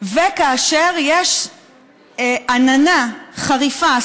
וכאשר יש עננה חריפה,